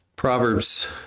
Proverbs